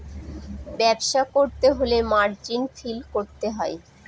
ব্যবসা করতে হলে মার্জিন ফিল করতে হয়